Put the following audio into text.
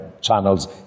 channels